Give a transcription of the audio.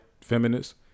feminists